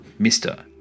Mr